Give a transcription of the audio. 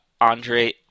Andre